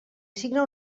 assigna